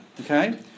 Okay